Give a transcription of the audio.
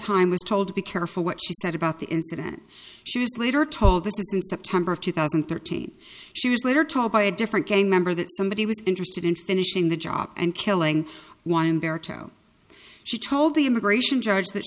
time was told be careful what she said about the incident she was later told this in september of two thousand and thirteen she was later told by a different gay member that somebody was interested in finishing the job and killing one barito she told the immigration judge that